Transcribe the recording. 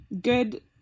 good